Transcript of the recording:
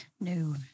no